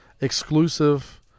exclusive